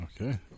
Okay